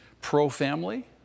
pro-family